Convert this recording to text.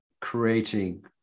creating